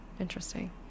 Interesting